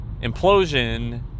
implosion